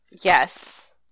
Yes